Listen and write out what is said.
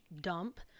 dump